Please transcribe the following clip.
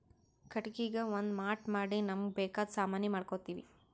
ಕಟ್ಟಿಗಿಗಾ ಒಂದ್ ಮಾಟ್ ಮಾಡಿ ನಮ್ಮ್ಗ್ ಬೇಕಾದ್ ಸಾಮಾನಿ ಮಾಡ್ಕೋತೀವಿ